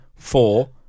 Four